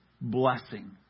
blessing